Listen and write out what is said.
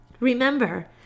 Remember